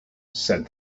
said